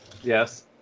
Yes